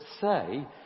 say